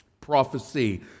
Prophecy